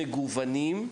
ומגוונים,